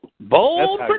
Bold